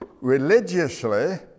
Religiously